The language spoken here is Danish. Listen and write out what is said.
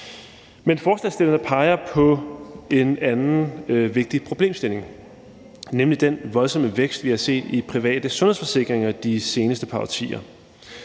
Men forslagsstillerne peger på en anden vigtig problemstilling, nemlig den voldsomme vækst, vi har set, i antallet af private sundhedsforsikringer de seneste par årtier.